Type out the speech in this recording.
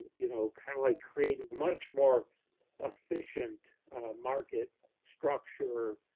you know, kind of like, create much more efficient market structure.